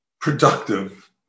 productive